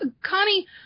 Connie